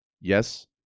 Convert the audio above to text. yes